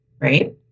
right